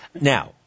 Now